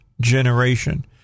generation